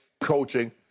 coaching